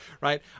right